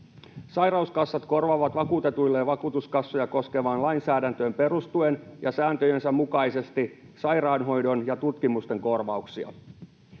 Sairauskassat korvaavat vakuutetuille vakuutuskassoja koskevaan lainsäädäntöön perustuen ja sääntöjensä mukaisesti sairaanhoidon ja tutkimusten korvauksia.